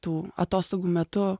tų atostogų metu